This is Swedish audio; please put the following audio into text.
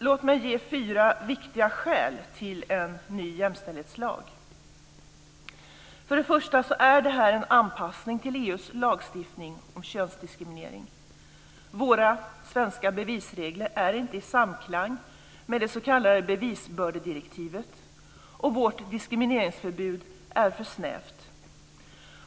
Låt mig ge fyra viktiga skäl för en ny jämställdhetslag. För det första är det en anpassning till EU:s lagstiftning om könsdiskriminering. Våra svenska bevisregler är inte i samklang med det s.k. bevisbördedirektivet. Vårt diskrimineringsförbud är för snävt.